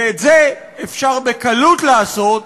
ואת זה אפשר בקלות לעשות